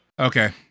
Okay